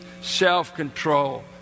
self-control